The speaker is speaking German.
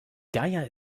geier